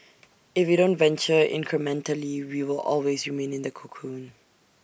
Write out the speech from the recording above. if we don't venture incrementally we will always remain in the cocoon